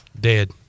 Dead